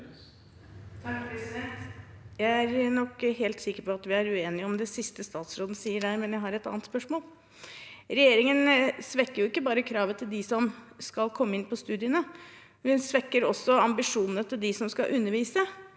Jeg er helt sikker på at vi er uenige om det siste statsråden sa, men jeg har et annet spørsmål. Regjeringen svekker ikke bare kravet til dem som skal komme inn på studiene. Den svekker også ambisjonene til dem som skal undervise,